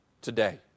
today